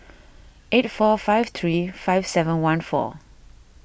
eight four five three five seven one four